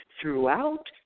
throughout